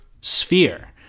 sphere